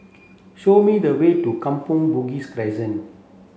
show me the way to Kampong Bugis Crescent